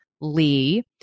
Lee